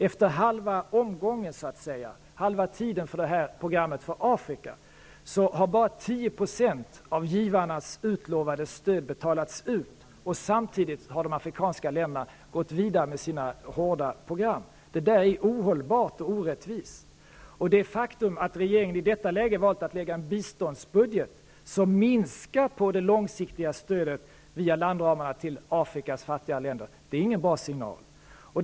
Efter så att säga halva omgången, halva tiden för programmet för Afrika, har bara 10 % av givarnas utlovade stöd betalats ut. Samtidigt har de afrikanska länderna gått vidare med sina hårda program. Detta är ohållbart och orättvist. Det faktum att regeringen i detta läge valt att lägga fram en biståndsbudget som minskar det långsiktiga stödet via landramarna till Afrikas fattiga länder är ingen bra signal.